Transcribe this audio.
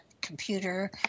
computer